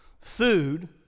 food